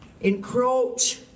encroach